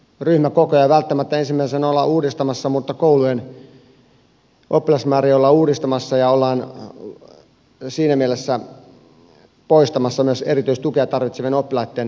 ryhmäkokoja ei välttämättä ensimmäisenä olla uudistamassa mutta koulujen oppilasmääriä ollaan uudistamassa ja ollaan siinä mielessä poistamassa myös erityistukea tarvitsevien oppilaitten luokat